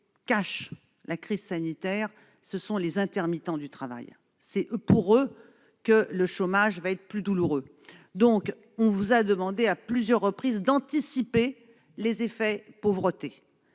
paient la crise sanitaire, ce sont les intermittents du travail. Pour eux, le chômage sera plus douloureux. On vous a demandé à plusieurs reprises d'anticiper les effets de la pauvreté.